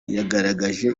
yagaragaje